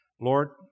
Lord